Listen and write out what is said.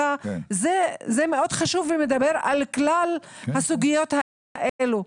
מאוד חשוב ומדבר על כלל הסוגיות האלה,